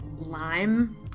lime